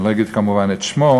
שאני לא אגיד כמובן את שמו,